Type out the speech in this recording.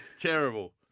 Terrible